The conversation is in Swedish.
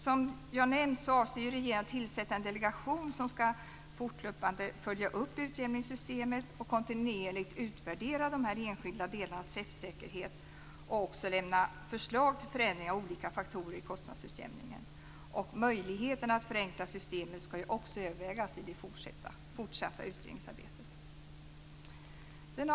Som jag tidigare nämnt avser regeringen att tillsätta en delegation som fortlöpande skall följa upp utjämningssystemet och kontinuerligt utvärdera de enskilda delarnas träffsäkerhet samt lämna förslag till förändringar av olika faktorer i kostnadsutjämningen. Möjligheterna att förenkla systemet skall också övervägas i det fortsatta utredningsarbetet.